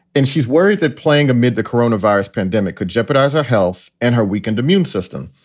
and she's worried that playing amid the corona virus pandemic could jeopardize our health and her weakened immune system.